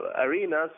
arenas